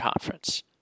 Conference